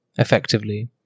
effectively